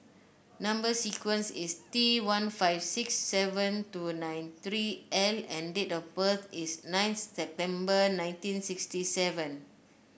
number sequence is T one five six seven two nine three L and date of birth is nine September nineteen sixty seven